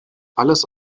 alles